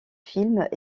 films